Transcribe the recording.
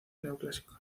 neoclásico